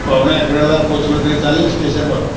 पावणे अकराला पोचलं तरी चालेल स्टेशनवर